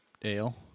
Dale